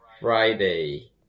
Friday